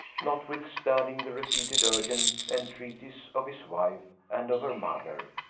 notwithstanding the repeated, urgent entreaties of his wife and of her mother,